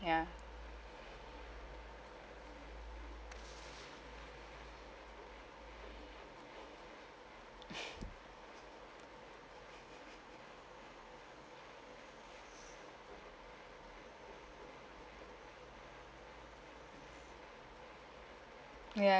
ya ya